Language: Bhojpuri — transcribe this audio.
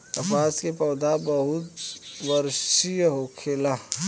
कपास के पौधा बहुवर्षीय होखेला